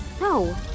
No